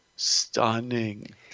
stunning